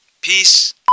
Peace